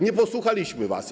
Nie posłuchaliśmy was.